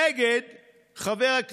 כך כתב עבריין רשת שפל לחבר סיעתי